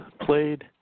played